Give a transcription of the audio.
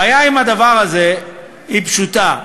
הבעיה עם הדבר הזה היא פשוטה: